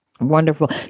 Wonderful